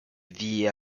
vie